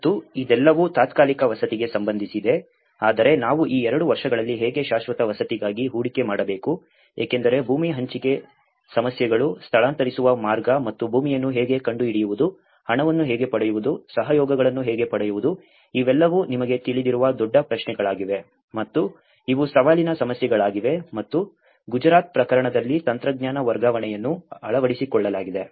ಮತ್ತು ಇದೆಲ್ಲವೂ ತಾತ್ಕಾಲಿಕ ವಸತಿಗೆ ಸಂಬಂಧಿಸಿದೆ ಆದರೆ ನಾವು ಈ 2 ವರ್ಷಗಳಲ್ಲಿ ಹೇಗೆ ಶಾಶ್ವತ ವಸತಿಗಾಗಿ ಹೂಡಿಕೆ ಮಾಡಬೇಕು ಏಕೆಂದರೆ ಭೂಮಿ ಹಂಚಿಕೆ ಸಮಸ್ಯೆಗಳು ಸ್ಥಳಾಂತರಿಸುವ ಮಾರ್ಗ ಮತ್ತು ಭೂಮಿಯನ್ನು ಹೇಗೆ ಕಂಡುಹಿಡಿಯುವುದು ಹಣವನ್ನು ಹೇಗೆ ಪಡೆಯುವುದು ಸಹಯೋಗಗಳನ್ನು ಹೇಗೆ ಪಡೆಯುವುದು ಇವೆಲ್ಲವೂ ನಿಮಗೆ ತಿಳಿದಿರುವ ದೊಡ್ಡ ಪ್ರಶ್ನೆಗಳಾಗಿವೆ ಮತ್ತು ಇವು ಸವಾಲಿನ ಸಮಸ್ಯೆಗಳಾಗಿವೆ ಮತ್ತು ಗುಜರಾತ್ ಪ್ರಕರಣದಲ್ಲಿ ತಂತ್ರಜ್ಞಾನ ವರ್ಗಾವಣೆಯನ್ನು ಅಳವಡಿಸಿಕೊಳ್ಳಲಾಗಿದೆ